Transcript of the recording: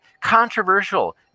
controversial